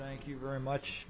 thank you very much